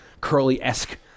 curly-esque